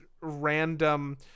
random